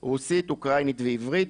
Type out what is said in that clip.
רוסית, אוקראינית ועברית,